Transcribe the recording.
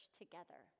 together